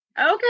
Okay